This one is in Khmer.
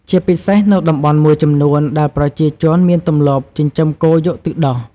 ជាពិសេសនៅតំបន់មួយចំនួនដែលប្រជាជនមានទម្លាប់ចិញ្ចឹមគោយកទឹកដោះ។